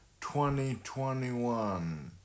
2021